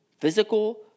physical